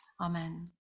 Amen